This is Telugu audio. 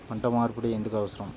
పంట మార్పిడి ఎందుకు అవసరం?